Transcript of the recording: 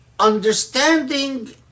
Understanding